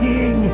King